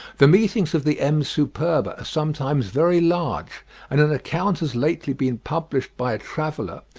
the meetings of the m. superba are sometimes very large and an account has lately been published by traveller,